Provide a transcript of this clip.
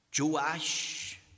Joash